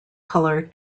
color